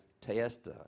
Test